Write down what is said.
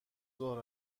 ظهر